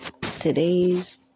Today's